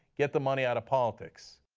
get the money out of politics.